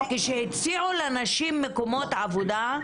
כשהציעו לנשים מקומות עבודה,